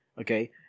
okay